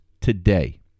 today